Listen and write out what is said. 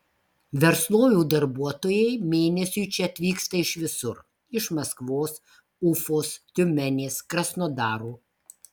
verslovių darbuotojai mėnesiui čia atvyksta iš visur iš maskvos ufos tiumenės krasnodaro